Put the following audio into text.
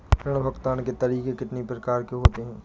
ऋण भुगतान के तरीके कितनी प्रकार के होते हैं?